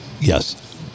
Yes